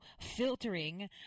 filtering